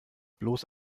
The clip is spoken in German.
bloß